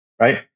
right